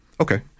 Okay